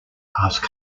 ask